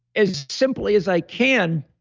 as simply as i can,